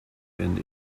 and